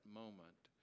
moment